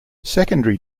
secondary